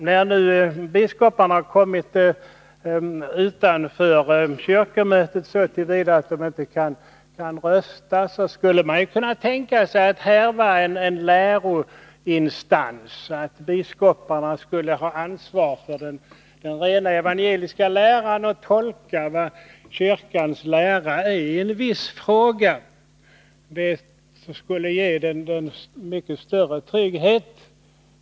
När nu biskoparna har kommit utanför kyrkomötet så till vida att de inte kan rösta, skulle man kunna tänka sig att här var en läroinstans, att biskoparna skulle ha ansvaret för den rena evangeliska läran och att de skulle tolka vad kyrkans lära är i en viss fråga. Det skulle ge kyrkan mycket större trygghet.